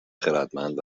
خردمند